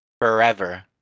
Forever